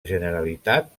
generalitat